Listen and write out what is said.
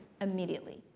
immediately